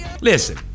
Listen